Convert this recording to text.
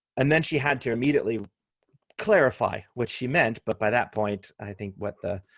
and then she had to immediately clarify what she meant, but by that point, i think what the